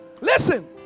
listen